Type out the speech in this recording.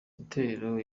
itorero